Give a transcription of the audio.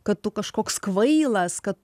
kad tu kažkoks kvailas kad